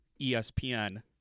ESPN